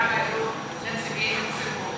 לכן אני רוצה להגיד שבוועדה היו נציגי הציבור